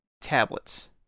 tablets